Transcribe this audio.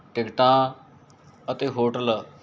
ਟਿਕਟਾਂ ਅਤੇ ਹੋਟਲ